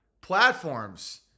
platforms